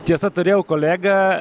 tiesa turėjau kolegą